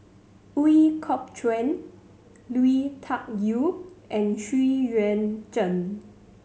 Ooi Kok Chuen Lui Tuck Yew and Xu Yuan Zhen